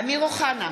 אמיר אוחנה,